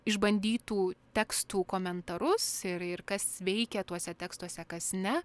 išbandytų tekstų komentarus ir ir kas veikia tuose tekstuose kas ne